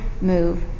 move